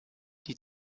die